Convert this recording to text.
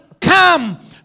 come